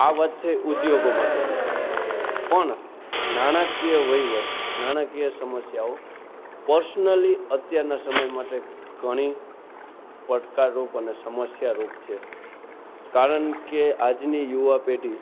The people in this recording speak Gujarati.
આ વાત થઈ ઉદ્યોગો માટેની પણ નાણાકીય વહીવટ નાણાકીય સમસ્યાઓ પર્સનલી અત્યારના સમય માટે ઘણી પડકારરૂપ અને સમસ્યારૂપ છે કારણ કે આજની યુવા પેઢી